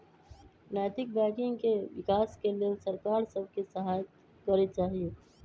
नैतिक बैंकिंग के विकास के लेल सरकार सभ के सहायत करे चाही